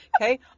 Okay